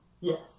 Yes